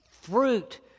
fruit